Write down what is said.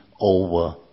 over